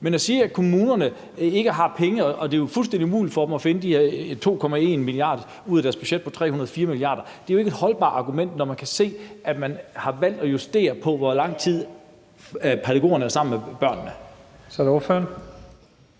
Men at sige, at kommunerne ikke har penge, og at det er fuldstændig umuligt for dem at finde de her 2,1 mia. kr. ud af deres budget på 304 mia. kr., er jo ikke et holdbart argument, når man kan se, at man har valgt at justere på, hvor lang tid pædagogerne er sammen med børnene. Kl. 15:32 Første